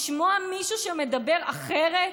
לשמוע מישהו שמדבר אחרת?